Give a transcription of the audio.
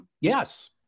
Yes